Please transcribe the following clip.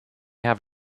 have